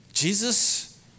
Jesus